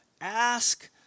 ask